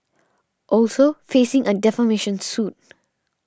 also facing a defamation suit